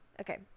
Okay